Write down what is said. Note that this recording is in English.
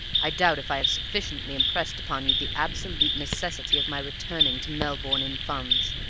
i doubt if i have sufficiently impressed upon you the absolute necessity of my returning to melbourne in funds.